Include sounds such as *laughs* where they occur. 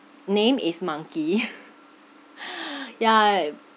name is monkey *laughs* ya